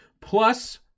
plus